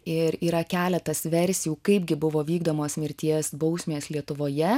ir yra keletas versijų kaipgi buvo vykdomos mirties bausmės lietuvoje